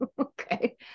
okay